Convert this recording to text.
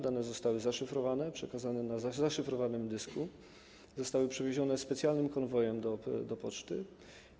Dane zostały zaszyfrowane, przekazane na zaszyfrowanym dysku, zostały przewiezione specjalnym konwojem do Poczty Polskiej.